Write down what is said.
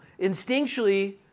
Instinctually